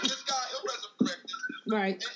Right